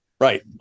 Right